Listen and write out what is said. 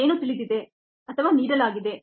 ಏನು ತಿಳಿದಿದೆ ಅಥವಾ ನೀಡಲಾಗಿದೆ